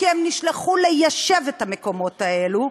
כי הם נשלחו ליישב את המקומות האלה,